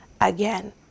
again